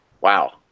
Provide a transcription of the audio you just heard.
Wow